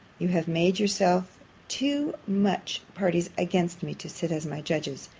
you have made yourselves too much parties against me, to sit as my judges.